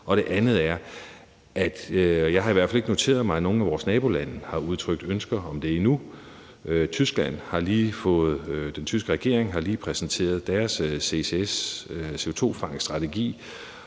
drejer sig om CO2. Jeg har i hvert fald ikke noteret mig, at nogen af vores nabolande har udtrykt ønske om det endnu. Den tyske regering har lige præsenteret deres ccs-strategi,